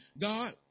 God